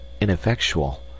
ineffectual